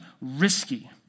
risky